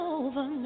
over